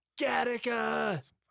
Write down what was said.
Gattaca